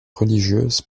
religieuses